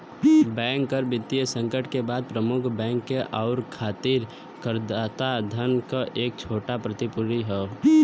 bank कर वित्तीय संकट के बाद प्रमुख बैंक के उबारे खातिर करदाता धन क एक छोटा प्रतिपूर्ति हौ